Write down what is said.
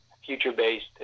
future-based